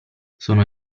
sono